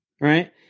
Right